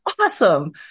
Awesome